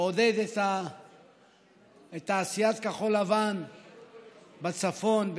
לעודד את תעשיית הכחול-לבן בצפון,